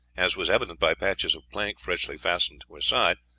as was evident by patches of plank freshly fastened to her side,